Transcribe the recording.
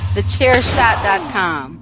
TheChairShot.com